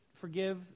forgive